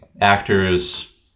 actors